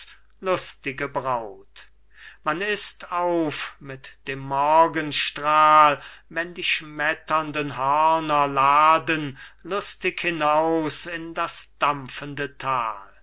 lustige braut man ist auf mit dem morgenstrahl wenn die schmetternden hörner laden lustig hinaus in das dampfende thal